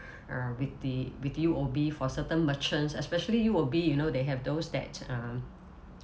uh with the with U_O_B for certain merchants especially U_O_B you know they have those that um